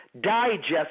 Digest